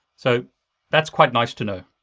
so that's quite nice to know.